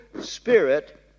Spirit